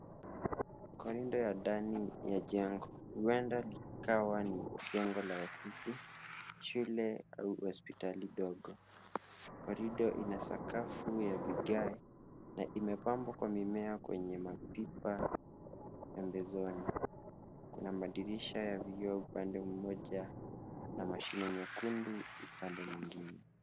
Corridor ya ndani ya jengo huenda likawa ni jengo la ofisi, shule au hospitali ndogo. Corridor ina sakafu ya vigae na imepambwa kwa mimea kwenye mapipa pembezoni. Kuna madirisha ya vioo upande mmoja na mashine nyekundu upande mwingine.